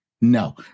No